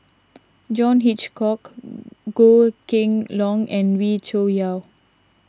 John Hitchcock Goh Kheng Long and Wee Cho Yaw